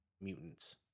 mutants